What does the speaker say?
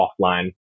offline